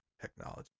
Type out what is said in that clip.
Technology